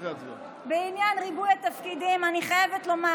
בעניין ריבוי התפקידים אני חייבת לומר,